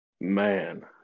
Man